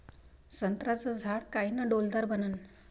संत्र्याचं झाड कायनं डौलदार बनन?